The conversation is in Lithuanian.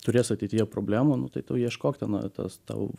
turės ateityje problemų nu tai tu ieškok ten tas tau